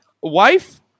wife